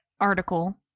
article